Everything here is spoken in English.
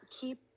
keep